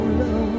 love